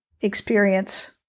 experience